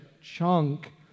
chunk